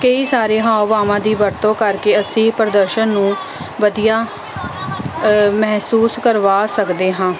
ਕਈ ਸਾਰੇ ਹਾਵ ਭਾਵਾਂ ਦੀ ਵਰਤੋਂ ਕਰਕੇ ਅਸੀਂ ਪ੍ਰਦਰਸ਼ਨ ਨੂੰ ਵਧੀਆ ਮਹਿਸੂਸ ਕਰਵਾ ਸਕਦੇ ਹਾਂ